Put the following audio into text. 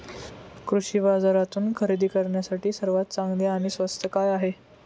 कृषी बाजारातून खरेदी करण्यासाठी सर्वात चांगले आणि स्वस्त काय आहे?